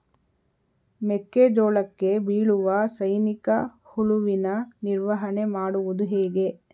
ಮೆಕ್ಕೆ ಜೋಳಕ್ಕೆ ಬೀಳುವ ಸೈನಿಕ ಹುಳುವಿನ ನಿರ್ವಹಣೆ ಮಾಡುವುದು ಹೇಗೆ?